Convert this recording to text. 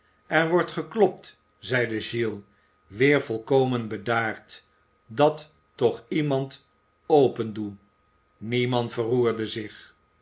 er wordt geklopt zeide giles weer volkomen bedaard dat toch iemand opendoe niemand verroerde zich